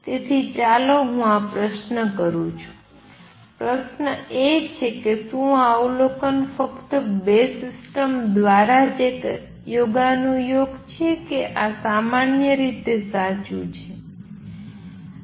તેથી ચાલો હું આ પ્રશ્ન કરું છુ પ્રશ્ન એ છે કે શું આ અવલોકન ફક્ત 2 સિસ્ટમ્સ દ્વારા જ એક યોગાનુયોગ છે કે તે સામાન્ય રીતે સાચુ છે